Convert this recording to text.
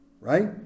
Right